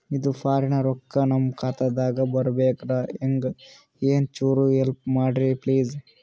ಇದು ಫಾರಿನ ರೊಕ್ಕ ನಮ್ಮ ಖಾತಾ ದಾಗ ಬರಬೆಕ್ರ, ಹೆಂಗ ಏನು ಚುರು ಹೆಲ್ಪ ಮಾಡ್ರಿ ಪ್ಲಿಸ?